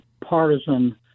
partisan